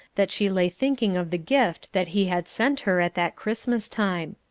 that she lay thinking of the gift that he had sent her at that christmas time.